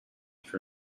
for